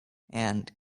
and